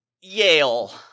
Yale